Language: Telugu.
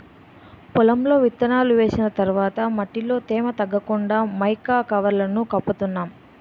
పొలంలో విత్తనాలు వేసిన తర్వాత మట్టిలో తేమ తగ్గకుండా మైకా కవర్లను కప్పుతున్నాం